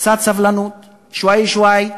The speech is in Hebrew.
קצת סבלנו, שוואיה שוואיה.